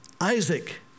Isaac